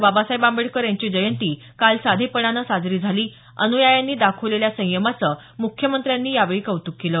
बाबासाहेब आंबेडकर यांची जयंती काल साधेपणानं साजरी झाली अनुयायांनी दाखवलेल्या संयमाचं मुख्यमंत्र्यांनी कौतुक केलं